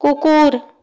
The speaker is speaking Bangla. কুকুর